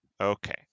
okay